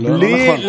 זה לא נכון,